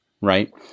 right